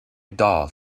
doll